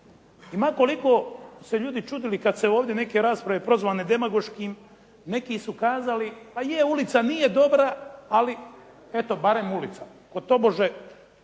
I ma koliko se ljudi čudili kad se ovdje neke rasprave prozvane demagoškim, neki su kazali pa je ulica nije dobra, ali eto barem ulica. Tobože